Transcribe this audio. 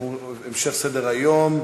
אנחנו עוברים להמשך סדר-היום.